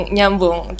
Nyambung